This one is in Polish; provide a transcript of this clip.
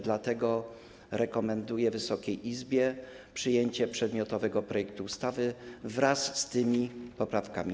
Dlatego rekomenduję Wysokiej Izbie przyjęcie przedmiotowego projektu ustawy wraz z tymi poprawkami.